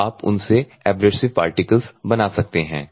तो आप उनसे एब्रेसिव पार्टिकल्स बना सकते हैं